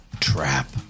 trap